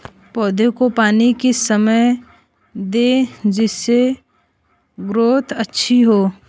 पौधे को पानी किस समय दें जिससे ग्रोथ अच्छी हो?